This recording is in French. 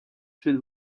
premier